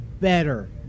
better